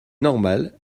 normal